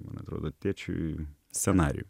man atrodo tėčiui scenarijų